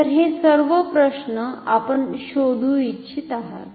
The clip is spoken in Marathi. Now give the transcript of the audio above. तर हे सर्व प्रश्न आपण शोधू इच्छित आहात